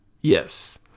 Yes